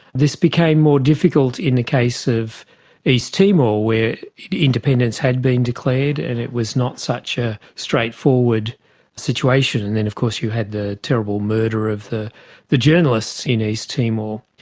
this became more difficult in the case of east timor where independence had been declared and it was not such a straightforward situation. and then of course you had the terrible murder of the the journalists in east timor.